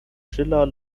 schiller